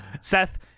Seth